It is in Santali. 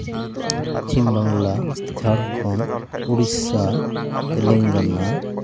ᱯᱚᱪᱷᱤᱢ ᱵᱟᱝᱞᱟ ᱡᱷᱟᱲᱠᱷᱚᱸᱰ ᱳᱰᱤᱥᱟ ᱛᱮᱞᱮᱝᱜᱟᱱᱟ